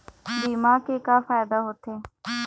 बीमा के का फायदा होते?